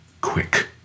quick